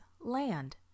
land